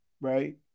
Right